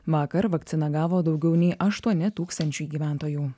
vakar vakciną gavo daugiau nei aštuoni tūkstančiai gyventojų